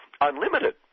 Unlimited